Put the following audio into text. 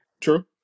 True